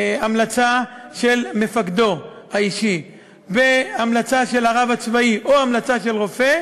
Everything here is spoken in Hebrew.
בהמלצה של מפקדו האישי והמלצה של הרב הצבאי או המלצה של רופא,